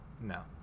No